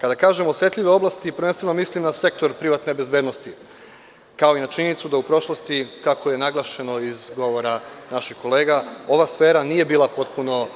Kada kažem osetljive oblasti prvenstveno mislim na sektor privatne bezbednosti kao i na činjenicu da u prošlosti kako je naglašeno iz govora naših kolega ova sfera nije bila potpuno